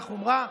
שיהיה בהצלחה.